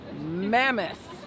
mammoth